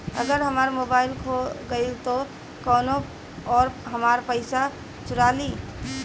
अगर हमार मोबइल खो गईल तो कौनो और हमार पइसा चुरा लेइ?